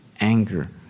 anger